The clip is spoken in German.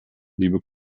liebe